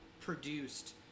produced